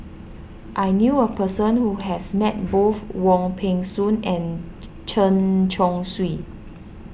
I knew a person who has met both Wong Peng Soon and Chen Chong Swee